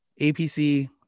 APC